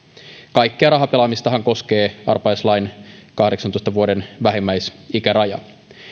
kaikkea rahapelaamistahan koskee arpajaislain kahdeksantoista vuoden vähimmäisikäraja